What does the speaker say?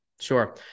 Sure